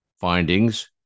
findings